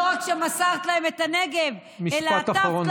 לא רק שמסרת להם את הנגב, אלא, משפט אחרון, בבקשה.